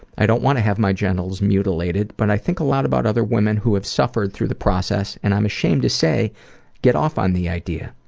i don't want to have my genitals mutilated, but i think a lot about other women who have suffered through the process, and i'm ashamed to say get off on the idea.